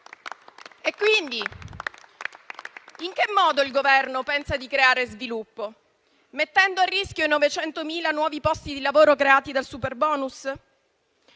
Quindi, in che modo il Governo pensa di creare sviluppo? Mettendo a rischio i 900.000 nuovi posti di lavoro creati dal superbonus?